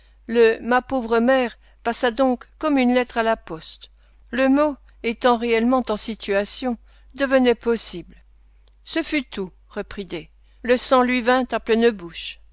ma pauvre mère passa donc comme une lettre à la poste le mot étant réellement en situation devenait possible ce fut tout reprit d le sang lui vint à pleine bouche